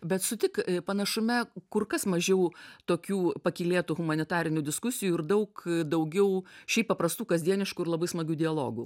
bet sutik panašume kur kas mažiau tokių pakylėtų humanitarinių diskusijų ir daug daugiau šiaip paprastų kasdieniškų ir labai smagių dialogų